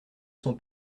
son